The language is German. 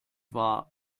war